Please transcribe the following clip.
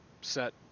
set